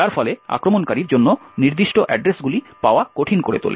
যার ফলে আক্রমণকারীর জন্য নির্দিষ্ট অ্যাড্রেসগুলি পাওয়া কঠিন করে তোলে